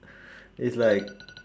it's like